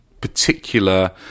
particular